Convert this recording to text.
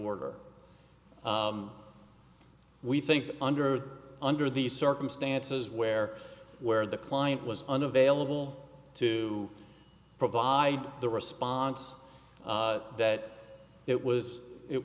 order we think under under these circumstances where where the client was unavailable to provide the response that it was it